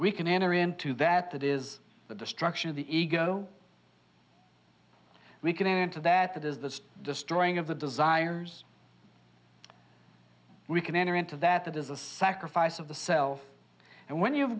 we can enter into that that is the destruction of the ego we can enter into that that is the destroying of the desires we can enter into that that is a sacrifice of the self and when you